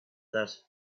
that